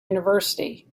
university